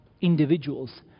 individuals